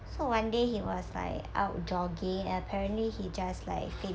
so one day he was like out jogging apparently he just like fain~